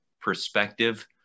perspective